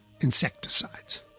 insecticides